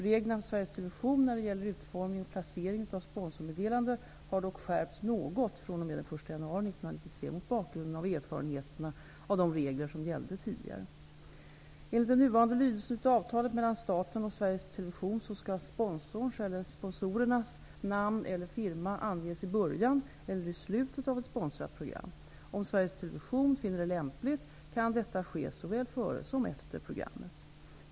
Reglerna för Sveriges Television när det gäller utformning och placering av sponsorsmeddelanden har dock skärpts något fr.o.m. den 1 januari 1993 mot bakgrund av erfarenheterna av de regler som gällde tidigare. Television finner det lämpligt kan detta ske såväl före som efter programmet.